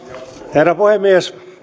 herra puhemies